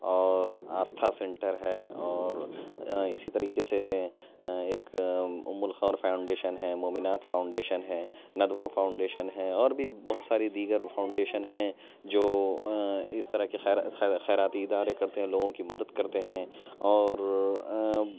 اور آستھا سینٹر ہے اور اسی طریقے سے ایک ام الخیر فاؤنڈیشن ہے مؤمنات فاؤنڈیشن ہے ندوہ فاؤنڈیشن ہے اور بھی بہت ساری دیگر فاؤنڈیشن ہیں جو اس طرح کے خیراتی ادارے کرتے ہیں لوگوں کی مدد کرتے ہیں اور